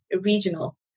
regional